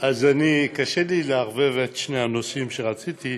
אז קשה לי לערבב את שני הנושאים שרציתי,